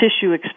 tissue